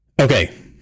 Okay